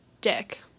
dick